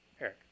Eric